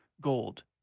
gold